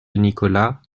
nicolas